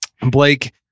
Blake